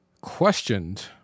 questioned